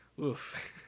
Oof